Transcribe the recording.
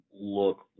look